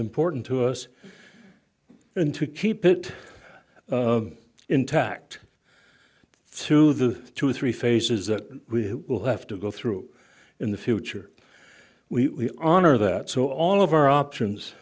important to us and to keep it intact through the two or three phases that we will have to go through in the future we honor that so all of our options